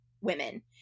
women